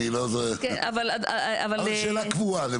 אבל זו שאלה קבועה.